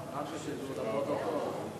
בר-און.